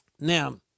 Now